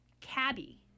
Cabby